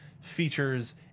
features